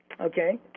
Okay